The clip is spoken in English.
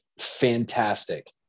fantastic